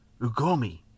Ugomi